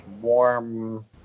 warm